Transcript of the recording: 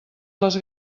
les